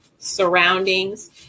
surroundings